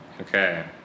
Okay